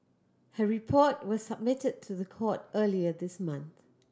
her report was submitted to the court earlier this month